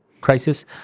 crisis